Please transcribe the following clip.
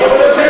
ויכול להיות,